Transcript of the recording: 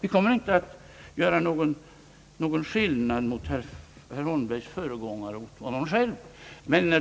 Vi kommer inte att göra någon skillnad mellan herr Holmbergs föregångare och honom själv.